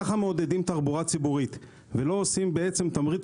ככה מעודדים תחבורה ציבורית ולא עושים תמריץ